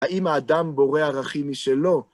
האם האדם בורא ערכים משלו?